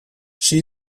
she